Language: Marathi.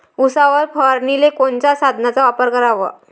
उसावर फवारनीले कोनच्या साधनाचा वापर कराव?